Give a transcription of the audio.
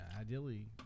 Ideally